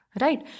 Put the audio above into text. Right